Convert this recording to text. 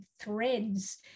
threads